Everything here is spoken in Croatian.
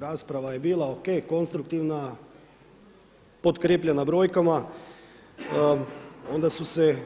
Rasprava je bila o.k. konstruktivna, potkrijepljena brojkama onda su se